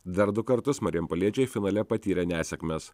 dar du kartus marijampoliečiai finale patyrė nesėkmes